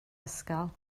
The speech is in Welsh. ysgol